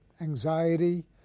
anxiety